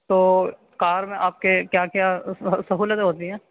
تو کار میں آپ کے کیا کیا سہولت ہوتی ہیں